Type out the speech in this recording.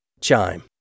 Chime